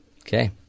Okay